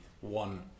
one